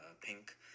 Pink